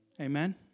Amen